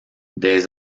des